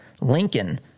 Lincoln